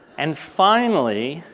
and finally,